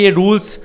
rules